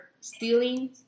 stealing